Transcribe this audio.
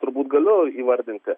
turbūt galiu įvardinti